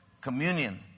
communion